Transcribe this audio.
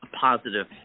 positive